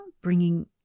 bringing